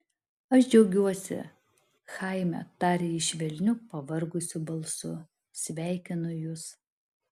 aš džiaugiuosi chaime tarė ji švelniu pavargusiu balsu sveikinu jus